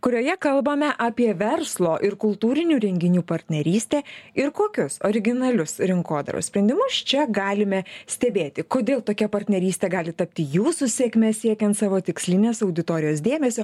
kurioje kalbame apie verslo ir kultūrinių renginių partnerystę ir kokius originalius rinkodaros sprendimus čia galime stebėti kodėl tokia partnerystė gali tapti jūsų sėkme siekiant savo tikslinės auditorijos dėmesio